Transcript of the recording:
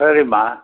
சரிம்மா